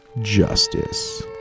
Justice